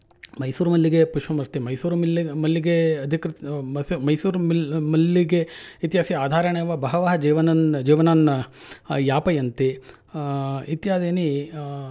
मैसूरुमल्ल्लिगे पुष्पं अस्ति मैसूरुमिल्लि मल्लिगे अधिकृत् मैसूरुमल्लिगे इत्यस्य आधारेण बहवः जीवनन् जीवनान् यापयन्ति इत्यादीनि